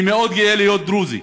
אני מאוד גאה להיות דרוזי.